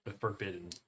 forbidden